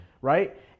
right